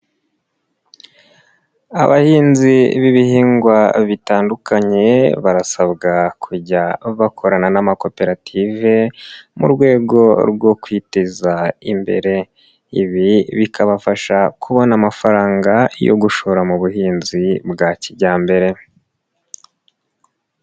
Abahinzi b'ibihingwa bitandukanye, barasabwa kujya bakorana n'amakoperative mu rwego rwo kwiteza imbere. Ibi bikabafasha kubona amafaranga yo gushora mu buhinzi bwa kijyambere.